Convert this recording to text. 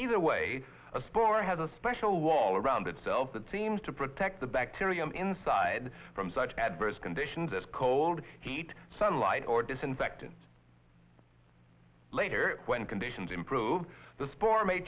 either way a spore has a special wall around itself that seems to protect the bacterium inside from such adverse conditions as cold heat sunlight or disinfectant later when conditions improve the spoor may